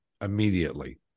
immediately